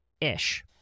ish